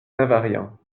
invariants